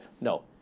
No